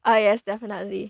uh yes definitely